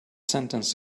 sentence